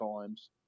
times